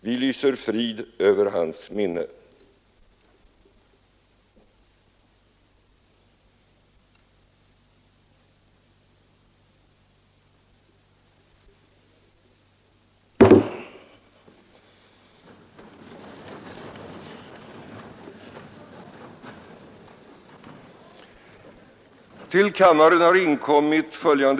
Vi lyser frid över hans minne.